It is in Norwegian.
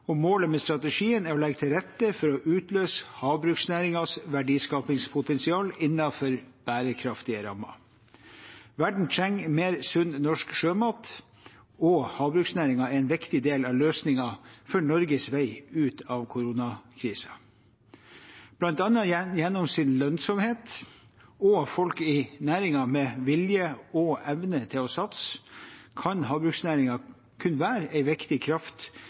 og målet med strategien er å legge til rette for å utløse havbruksnæringens verdiskapingspotensial innenfor bærekraftige rammer. Verden trenger mer sunn norsk sjømat, og havbruksnæringen er en viktig del av løsningen for Norges vei ut av koronakrisen. Blant annet gjennom sin lønnsomhet og folk i næringen med vilje og evne til å satse kan havbruksnæringen kunne være en viktig kraft